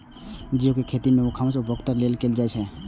geoduck के खेती मनुक्खक उपभोग लेल कैल जाइ छै